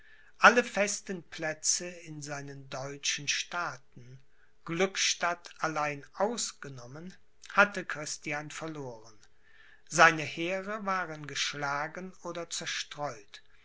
alle festen plätze in seinen deutschen staaten glückstadt allein ausgenommen hatte christian verloren seine heere waren geschlagen oder zerstreut